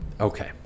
Okay